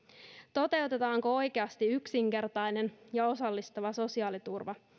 toteutetaanko oikeasti yksinkertainen ja osallistava sosiaaliturva